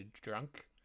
drunk